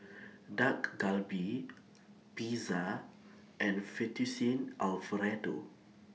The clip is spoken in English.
Dak Galbi Pizza and Fettuccine Alfredo